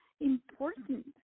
important